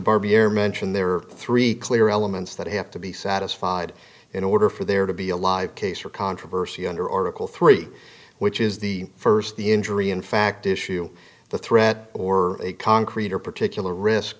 barbiere mentioned there are three clear elements that have to be satisfied in order for there to be a live case or controversy under article three which is the first the injury in fact issue the threat or a concrete or particular risk